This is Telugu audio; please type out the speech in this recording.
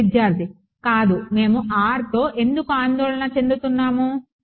విద్యార్థి కాదు మేము rతో ఎందుకు ఆందోళన చెందుతున్నాము సమయం 1618 చూడండి